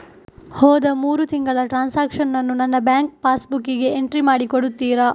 ಹೋದ ಮೂರು ತಿಂಗಳ ಟ್ರಾನ್ಸಾಕ್ಷನನ್ನು ನನ್ನ ಬ್ಯಾಂಕ್ ಪಾಸ್ ಬುಕ್ಕಿಗೆ ಎಂಟ್ರಿ ಮಾಡಿ ಕೊಡುತ್ತೀರಾ?